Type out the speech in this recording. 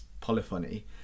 polyphony